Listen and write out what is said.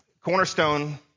Cornerstone